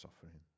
suffering